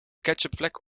ketchupvlek